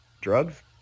Drugs